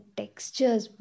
textures